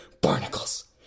barnacles